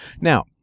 Now